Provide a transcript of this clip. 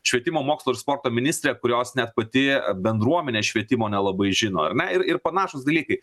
švietimo mokslo ir sporto ministrė kurios net pati bendruomenė švietimo nelabai žino ar ne ir ir panašūs dalykai